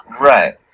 Right